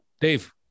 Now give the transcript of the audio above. Dave